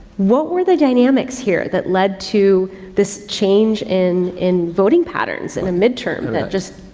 what were the dynamics here that led to this change in, in voting patterns in a midterm that just